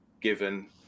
given